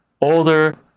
older